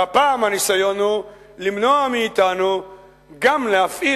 והפעם הניסיון הוא למנוע מאתנו גם להפעיל